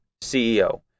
CEO